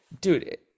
dude